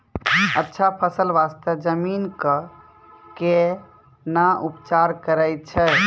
अच्छा फसल बास्ते जमीन कऽ कै ना उपचार करैय छै